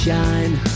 Shine